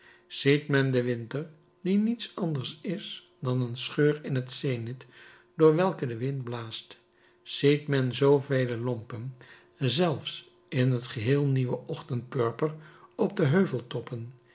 ziet men den winter die niets anders is dan een scheur in het zenith door welke de wind blaast ziet men zoovele lompen zelfs in het geheel nieuwe ochtendpurper op de